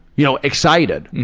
you know, excited.